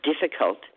difficult